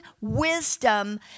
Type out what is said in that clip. wisdom